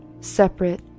separate